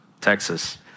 Texas